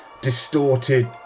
distorted